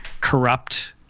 corrupt